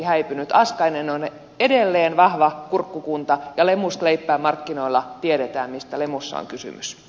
askainen on edelleen vahva kurkkukunta ja lemust leippä markkinoilla tiedetään mistä lemussa on kysymys